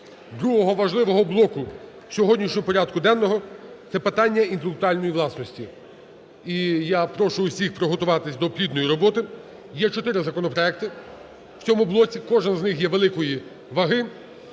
другого важливого блоку сьогоднішнього порядку денного – це питання інтелектуальної власності. І я прошу усіх підготуватись до плідної роботи. Є чотири законопроекти в цьому блоці. Кожен з них є великої ваги.